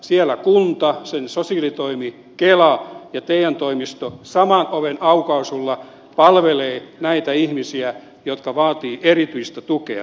siellä kunta sen sosiaalitoimi kela ja te toimisto saman oven aukaisulla palvelevat näitä ihmisiä jotka vaativat erityistä tukea